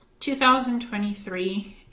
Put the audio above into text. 2023